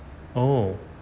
oh